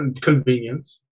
Convenience